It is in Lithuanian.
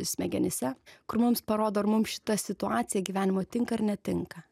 smegenyse kur mums parodo ar mum šita situacija gyvenimo tinka ar netinka